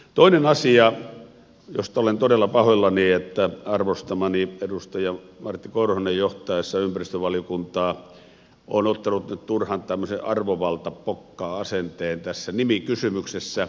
toinen asia josta olen todella pahoillani on se että arvostamani edustaja martti korhonen johtaessaan ympäristövaliokuntaa on ottanut nyt tämmöisen turhan arvovaltapokka asenteen tässä nimikysymyksessä